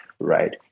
right